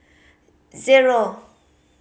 zero